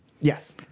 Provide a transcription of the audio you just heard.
Yes